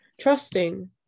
trusting